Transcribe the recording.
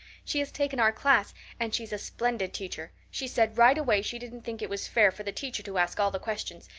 she's taken our class and she's a splendid teacher. she said right away she didn't think it was fair for the teacher to ask all the questions,